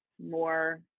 more